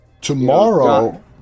Tomorrow